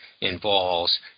involves